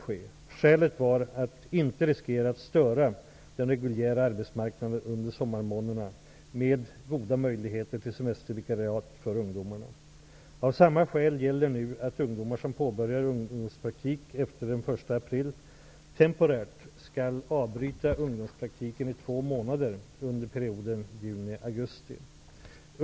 Skälet var att inte riskera att störa den reguljära arbetsmarknaden under sommarmånaderna med goda möjligheter till semestervikariat för ungdomarna. Av samma skäl gäller nu att ungdomar som påbörjar ungdomspraktik efter den 1 april temporärt skall avbryta ungdomspraktiken i två månader under perioden juni till augusti.